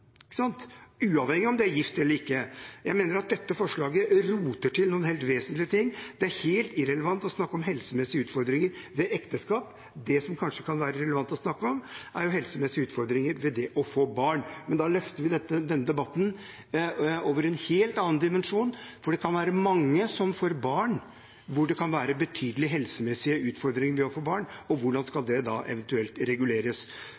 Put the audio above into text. uavhengig av om de er gift eller ikke. Jeg mener at dette forslaget roter til noen helt vesentlige ting – det er helt irrelevant å snakke om helsemessige utfordringer ved ekteskap. Det som kanskje kan være relevant å snakke om, er helsemessige utfordringer ved det å få barn. Men da løfter vi denne debatten over i en helt annen dimensjon, for det kan være mange som får barn, hvor det kan være betydelige helsemessige utfordringer ved å få barn. Hvordan skal det da eventuelt reguleres?